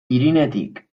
irinetik